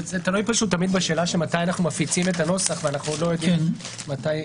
זה תלוי בשאלה מתי אנחנו מפיצים את הנוסח ואנחנו עוד לא יודעים מתי נשב.